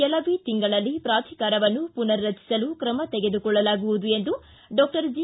ಕೆಲವೇ ತಿಂಗಳಲ್ಲಿ ಪಾಧಿಕಾರವನ್ನು ಪುನರ್ ರಚಿಸಲು ತ್ರಮ ತೆಗೆದುಕೊಳ್ಳಲಾಗುವುದು ಎಂದು ಡಾಕ್ಟರ್ ಜಿ